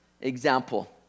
example